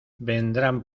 vendrán